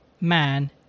man